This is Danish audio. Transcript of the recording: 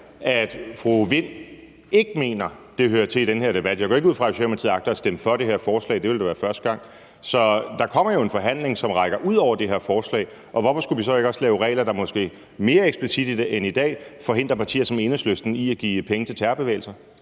Vind ikke mener, at det hører til i den her debat? Jeg går ikke ud fra, at Socialdemokratiet agter at stemme for det her forslag. Det ville da være første gang. Så der kommer jo en forhandling, der rækker ud over det her forslag. Så hvorfor skulle vi så ikke også lave regler, der måske mere eksplicit end i dag forhindrer partier som Enhedslisten i at give penge til terrorbevægelser?